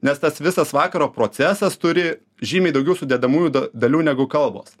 nes tas visas vakaro procesas turi žymiai daugiau sudedamųjų da dalių negu kalbos